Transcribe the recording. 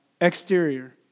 exterior